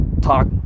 talk